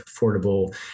affordable